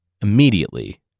Immediately